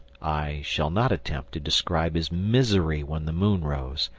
i shall not attempt to describe his misery when the moon rose,